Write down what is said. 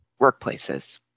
workplaces